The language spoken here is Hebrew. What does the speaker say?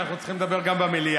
אנחנו צריכים לדבר גם במליאה.